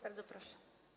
Bardzo proszę.